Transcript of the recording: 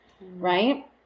Right